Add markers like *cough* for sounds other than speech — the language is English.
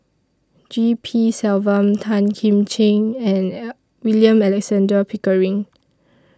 G P Selvam Tan Kim Ching and *unintelligible* William Alexander Pickering